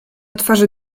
twarzy